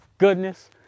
goodness